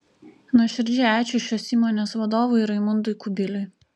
nuoširdžiai ačiū šios įmonės vadovui raimundui kubiliui